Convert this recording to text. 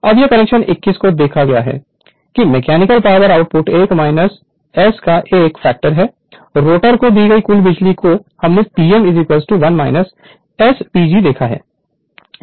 Refer Slide Time 0717 अब यह equation 21 से देखा गया है कि मैकेनिकल पावर आउटपुट 1 S का एक फैक्टर है रोटर को दी गई कुल बिजली को हमने Pm 1 S PG देखा है